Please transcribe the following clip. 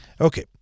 Okay